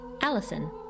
allison